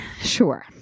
sure